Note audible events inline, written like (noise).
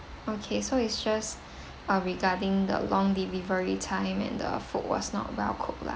okay so it's just (breath) uh regarding the long delivery time and the food was not well-cooked lah